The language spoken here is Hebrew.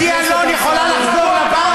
אתי אלון יכולה לחזור לבנק?